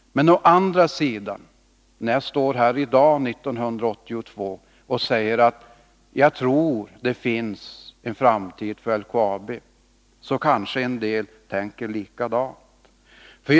När jagstår här i dag 1982 och säger att jag tror att det finns en framtid för LKAB, så kanske det å andra sidan finns en del som tänker att det är helt fel.